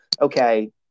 okay